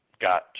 got